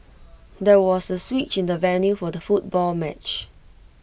there was A switch in the venue for the football match